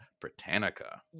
Britannica